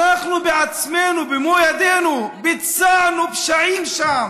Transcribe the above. אנחנו בעצמנו, במו ידינו, ביצענו פשעים שם.